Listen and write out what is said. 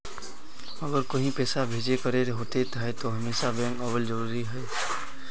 अगर कहीं पैसा भेजे करे के होते है तो हमेशा बैंक आबेले जरूरी है?